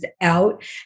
out